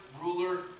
ruler